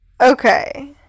Okay